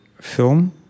film